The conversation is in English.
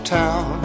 town